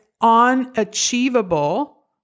unachievable